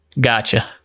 gotcha